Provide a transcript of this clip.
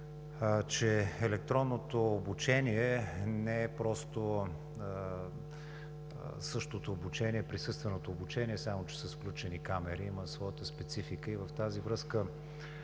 че електронното обучение не е просто същото обучение – присъственото обучение, само че с включени камери, има своята специфика. И в тази връзка: